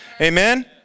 Amen